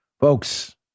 Folks